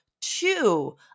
two